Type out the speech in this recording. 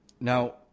now